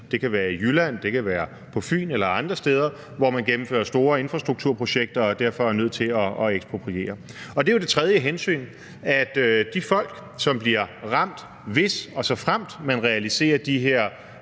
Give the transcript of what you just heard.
der bor i f.eks. Jylland, på Fyn eller andre steder, hvor man gennemfører store infrastrukturprojekter og derfor er nødt til at ekspropriere. Og det er jo det tredje hensyn, altså at de folk, som bliver ramt, hvis og såfremt man realiserer de her